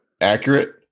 accurate